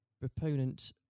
proponent